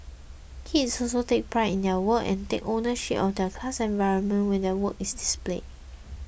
kids also take pride in their work and take ownership of their class environment when their work is displayed